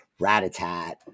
Ratatat